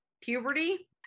puberty